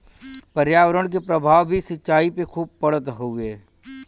पर्यावरण के प्रभाव भी सिंचाई पे खूब पड़त हउवे